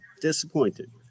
disappointed